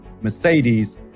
Mercedes